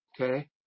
Okay